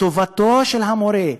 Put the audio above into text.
טובתו של המורה,